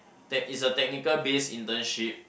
tech is a technical base internship